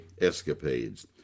escapades